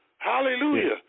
Hallelujah